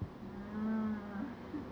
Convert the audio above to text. err